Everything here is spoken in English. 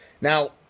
Now